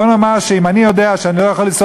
בוא נאמר שאם אני יודע שאני לא יכול לנסוע